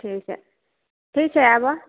ठीक हइ ठीक छै आबऽ